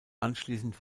anschließend